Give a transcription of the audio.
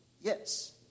yes